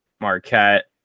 Marquette